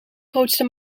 grootste